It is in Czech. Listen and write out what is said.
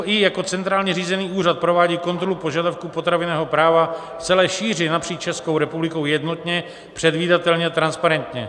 SZPI jako centrálně řízený úřad provádí kontrolu požadavků potravinového práva v celé šíři napříč Českou republikou jednotně, předvídatelně a transparentně.